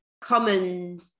common